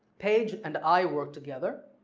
paige and i work together,